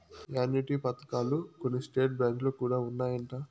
annuity పథకాలు కొన్ని state బ్యాంకులో కూడా ఉన్నాయంట